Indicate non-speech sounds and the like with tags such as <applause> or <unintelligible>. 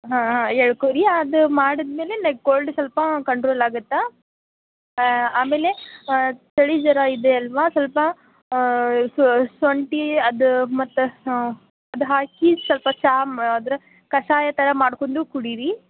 ಹಾಂ ಹಾಂ ಎಳ್ಕೊಳ್ರಿ ಅದು ಮಾಡಿದ ಮೇಲೆ ಕೋಲ್ಡ್ ಸ್ವಲ್ಪ ಕಂಟ್ರೋಲ್ ಆಗುತ್ತಾ ಹಾಂ ಆಮೇಲೆ ಚಳಿ ಜ್ವರ ಇದೆ ಅಲ್ವ ಸ್ವಲ್ಪ ಶುಂಠಿ ಅದು ಮತ್ತು ಹಾಂ ಅದು ಹಾಕಿ ಸ್ವಲ್ಪ ಚಾ <unintelligible> ಕಷಾಯ ಥರ ಮಾಡ್ಕೊಂಡು ಕುಡೀರಿ